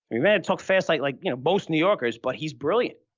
talks fast like like you know most new yorkers, but he's brilliant.